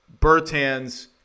Bertans